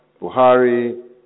Buhari